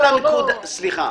איתן,